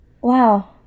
Wow